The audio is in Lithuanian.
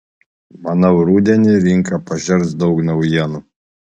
manau rudenį rinka pažers daug naujienų